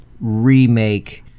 remake